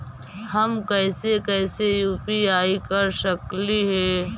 हम कैसे कैसे यु.पी.आई कर सकली हे?